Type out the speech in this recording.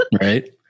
Right